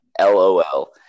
LOL